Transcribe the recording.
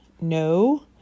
No